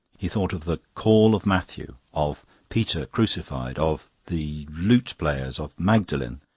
he thought of the call of matthew, of peter crucified, of the lute players, of magdalen.